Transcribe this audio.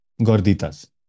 Gorditas